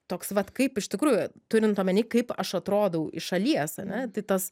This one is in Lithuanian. toks vat kaip iš tikrųjų turint omeny kaip aš atrodau iš šalies ane tai tas